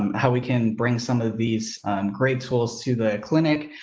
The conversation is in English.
how we can bring some of these great tools to the clinic.